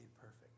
perfect